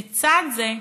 לצד זה,